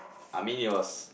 I mean it was